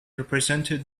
represented